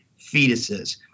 fetuses